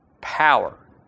Power